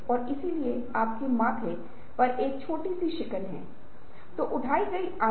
यदि यह तकनीकी कंपनी है तो यह एक दृष्टि हो सकती है कि हमारे उत्पादों में तकनीकी उत्कृष्टता है